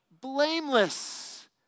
blameless